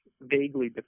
vaguely